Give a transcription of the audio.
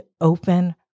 Open